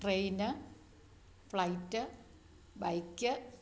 train flight bike